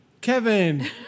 Kevin